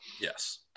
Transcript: yes